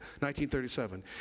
1937